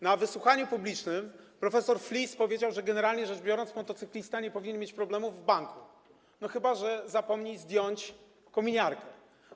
Na wysłuchaniu publicznym prof. Flis powiedział, że generalnie rzecz biorąc, motocyklista nie powinien mieć problemów w banku, chyba że zapomni zdjąć kominiarkę.